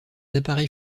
appareils